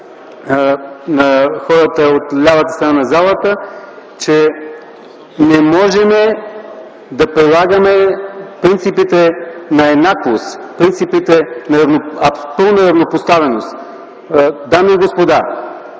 на хората от лявата страна на залата на това, че не можем да прилагаме принципа на еднаквост, на пълна равнопоставеност. Дами и господа,